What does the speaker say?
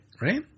Right